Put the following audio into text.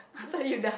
after you die